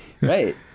Right